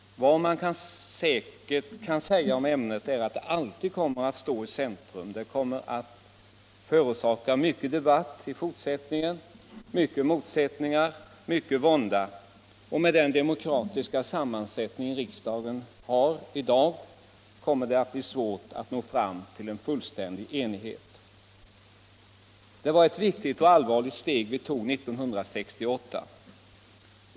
Om ämnet Vad man säkert kan säga om ämnet är att det alltid kommer att stå — religionskunskap i i centrum. Det kommer att förorsaka mycken debatt, många motsätt — grundskolan ningar, mycken vånda, och med den demokratiska sammansättning riksdagen har kommer det att bli svårt att nå fram till enighet. Det var ett viktigt och allvarligt steg vi tog 1968.